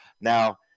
Now